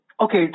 okay